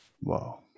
Wow